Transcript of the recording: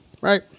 right